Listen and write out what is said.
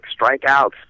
strikeouts